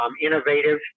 innovative